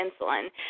insulin